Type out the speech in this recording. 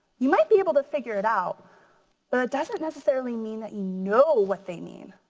you might be able to figure it out but it doesn't necessary mean that you know what they mean.